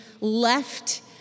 left